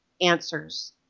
answers